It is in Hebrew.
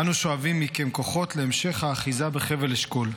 אנו שואבים מכם כוחות להמשך האחיזה בחבל אשכול.